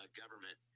government